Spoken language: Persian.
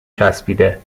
چسبیده